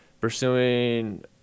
pursuing